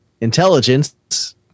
intelligence